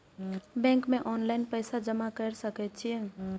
Bank में online पैसा जमा कर सके छीये?